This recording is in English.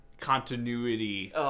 continuity